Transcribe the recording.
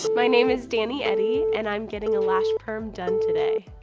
my name is dani eddy, and i'm getting a lash perm done today.